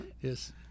Yes